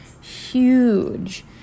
huge